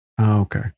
Okay